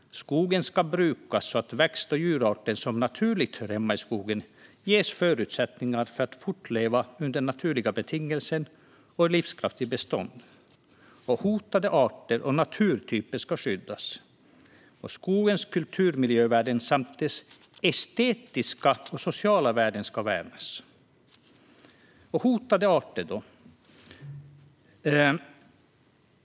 Skogen ska brukas så att växt och djurarter som naturligt hör hemma i skogen ges förutsättningar att fortleva under naturliga betingelser och i livskraftiga bestånd. Hotade arter och naturtyper ska skyddas. Skogens kulturmiljövärden samt dess estetiska och sociala värden ska värnas. Då kommer jag in på hotade arter.